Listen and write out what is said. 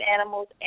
animals